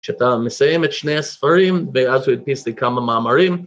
כשאתה מסיים את שני הספרים ואז הוא הדפיס לי לי כמה מאמרים.